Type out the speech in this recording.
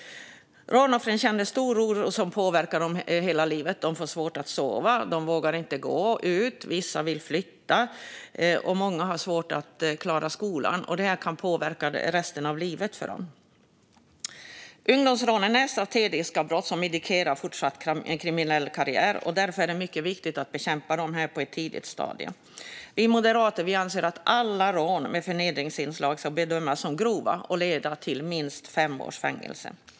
Rånoffren känner stor oro som påverkar dem hela livet. De får svårt att sova, de vågar inte gå ut, vissa vill flytta och många har svårt att klara skolan. Detta kan påverka dem resten av livet. Ungdomsrånen är strategiska brott som indikerar fortsatt kriminell karriär, och därför är det mycket viktigt att bekämpa dem på ett tidigt stadium. Vi moderater anser att alla rån med förnedringsinslag ska bedömas som grova och leda till minst fem års fängelse.